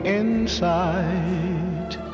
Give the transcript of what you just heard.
inside